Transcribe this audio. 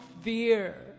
fear